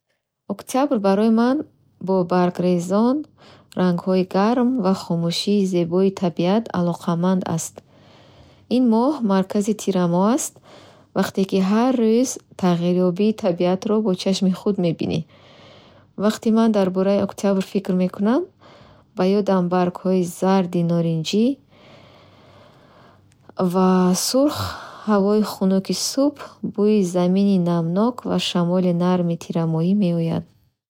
Октябр барои ман бо баргрезон, рангҳои гарм ва хомӯшии зебои табиат алоқаманд аст. Ин моҳ маркази тирамоҳ аст. Вақте ки ҳар рӯз тағйирёбии табиатро бо чашми худ мебинӣ. Вақте ман дар бораи октябр фикр мекунам, ба ёдам баргҳои зарди норанҷӣ ва сурх, ҳавои хунуки субҳ, бӯи замини намнок ва шамоли нарми тирамоҳӣ меояд.